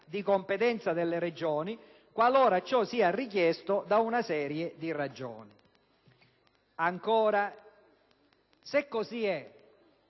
di competenza delle Regioni qualora ciò sia richiesto da una serie di ragioni». Ancora. Se così è,